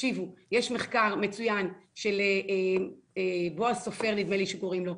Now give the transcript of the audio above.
תקשיבו יש מחקר מצוין של בועז סופר נדמה לי שקוראים לו,